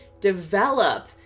develop